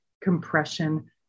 compression